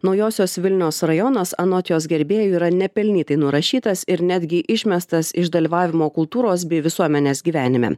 naujosios vilnios rajonas anot jos gerbėjų yra nepelnytai nurašytas ir netgi išmestas iš dalyvavimo kultūros bei visuomenės gyvenime